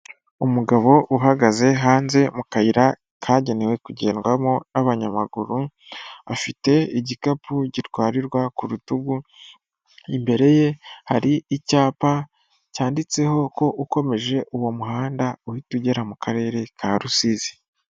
Umugabo uhagaze hanze mu kayira kagenewe kugendwamo n'abanyamaguru, afite igikapu gitwarirwa ku rutugu. Imbere ye hari icyapa cyanditseho ko ukomeje uwo muhanda uhita ugera mu karere ka rusizi.